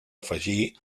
afegir